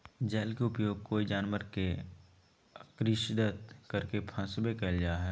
जल के उपयोग कोय जानवर के अक्स्र्दित करके फंसवे में कयल जा हइ